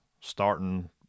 starting